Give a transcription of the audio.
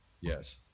yes